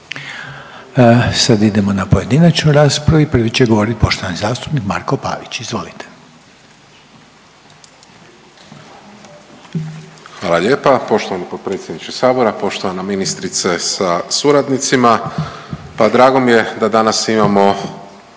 Sad idemo na pojedinačnu raspravu i prvi će govoriti poštovani zastupnik Marko Pavić, izvolite. **Pavić, Marko (HDZ)** Hvala lijepa poštovani potpredsjedniče Sabora, poštovana ministrice sa suradnicima. Pa drago mi je da danas imamo